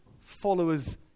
followers